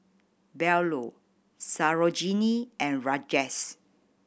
Bellur Sarojini and Rajesh